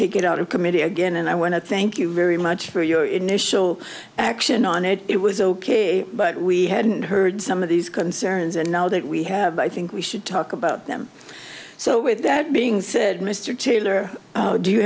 take it out of committee again and i want to thank you very much for your initial action on it it was ok but we hadn't heard some of these concerns and now that we have i think we should talk about them so with that being said mr taylor do you